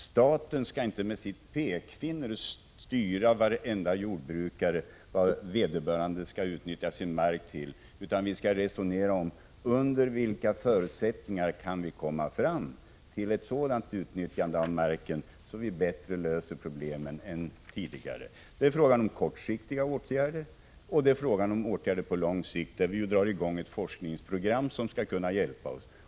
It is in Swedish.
Staten skall inte styra varenda jordbrukare och peka ut vad han skall använda sin mark till, utan vi skall resonera om under vilka förutsättningar vi skall kunna komma fram till ett sådant utnyttjande av marken att vi bättre än tidigare löser problemen. Det är fråga om kortsiktiga åtgärder, men också om åtgärder på lång sikt. I det sistnämnda avseendet drar vi nu i gång ett forskningsprogram som skall kunna hjälpa oss.